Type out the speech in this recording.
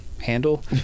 handle